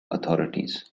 authorities